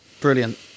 Brilliant